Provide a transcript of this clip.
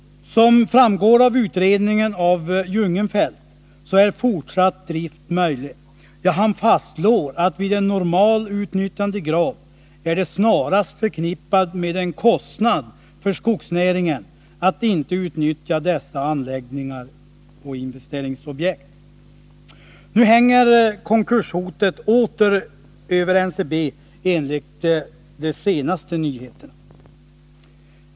Som framgår av utredningen av Jungenfelt är fortsatt drift möjlig. Ja, han fastslår att vid en normal utnyttjandegrad är det snarast förknippat med en kostnad för skogsnäringen att inte utnyttja dessa anläggningar och investeringsobjekt. Nu hänger konkurshotet åter över NCB enligt de senaste nyheterna.